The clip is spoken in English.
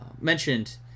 mentioned